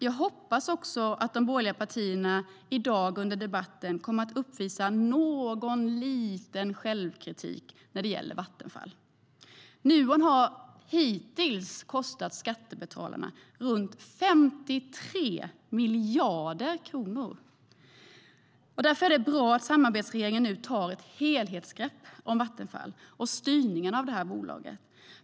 Jag hoppas också att det borgerliga partierna under dagens debatt kommer att uppvisa någon liten självkritik när det gäller Vattenfall. Nuon har hittills kostat skattebetalarna runt 53 miljarder kronor. Därför är det bra att samarbetsregeringen nu tar ett helhetsgrepp om Vattenfall och styrningen av bolaget.